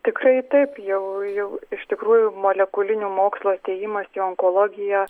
tikrai taip jau jau iš tikrųjų molekulinių mokslų atėjimas į onkologiją